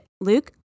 Luke